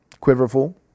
quiverful